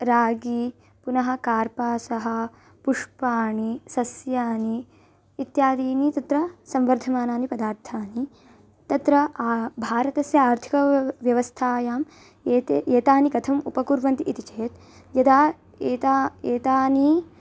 रागी पुनः कार्पासः पुष्पाणि सस्यानि इत्यादीनि तत्र संवर्धमानानि पदार्थानि तत्र भारतस्य आर्थिकं व्यवस्थायाम् एतानि एतानि कथम् उपकुर्वन्ति इति चेत् यदा एतानि एतानि